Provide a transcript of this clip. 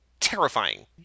terrifying